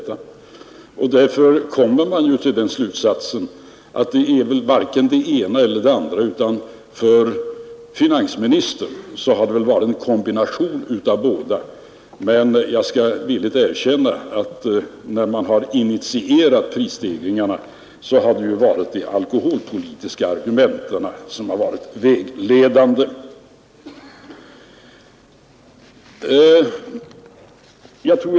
Slutsatsen blir därför att det varken varit rent ekonomiska synpunkter eller rent alkoholpolitiska synpunkter som varit avgörande, utan för finansministern har det varit en kombination av båda. Men jag skall villigt erkänna att det är de alkoholpolitiska argumenten som varit vägledande när prisstegringarna initierats.